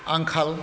आंखाल